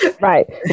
Right